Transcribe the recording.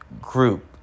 group